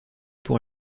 pour